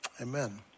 amen